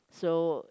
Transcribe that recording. so